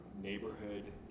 neighborhood